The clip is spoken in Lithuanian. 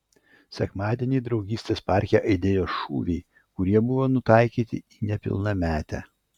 sekmadienį draugystės parke aidėjo šūviai kurie buvo nutaikyti į nepilnametę